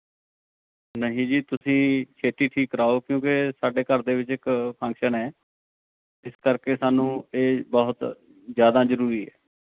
ਨਹੀਂ ਜੀ ਤੁਸੀਂ ਛੇਤੀ ਠੀਕ ਕਰਵਾਉ ਕਿਉਂਕਿ ਸਾਡੇ ਘਰ ਦੇ ਵਿੱਚ ਇੱਕ ਫੰਕਸ਼ਨ ਹੈ ਇਸ ਕਰਕੇ ਸਾਨੂੰ ਇਹ ਬਹੁਤ ਜ਼ਿਆਦਾ ਜ਼ਰੂਰੀ ਹੈ